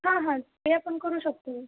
हांहां ते आपण करू शकतो